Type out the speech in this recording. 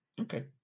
Okay